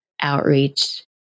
outreach